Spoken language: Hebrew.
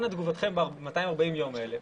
אנא תגובתכם ב-240 הימים האלה.